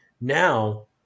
Now